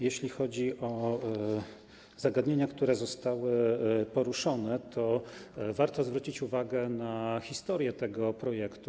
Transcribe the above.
Jeśli chodzi o zagadnienia, które zostały poruszone, to warto zwrócić uwagę na historię tego projektu.